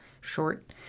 short